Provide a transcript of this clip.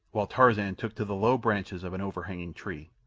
while tarzan took to the low branches of an overhanging tree.